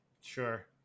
Sure